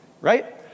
right